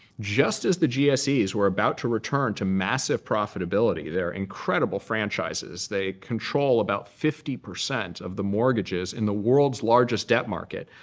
just as the gses we're about to return to massive profitability they're incredible franchises. they control about fifty percent of the mortgages in the world's largest debt market.